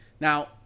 Now